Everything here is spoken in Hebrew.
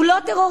הוא לא טרוריסט.